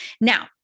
Now